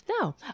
No